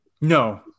No